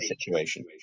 situation